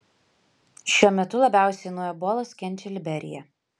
šiuo metu labiausiai nuo ebolos kenčia liberija